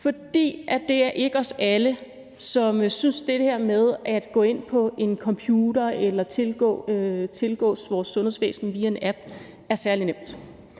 fordi det ikke er os alle, som synes, at det her med at gå ind på en computer eller tilgå vores sundhedsvæsen via en app er særlig nemt.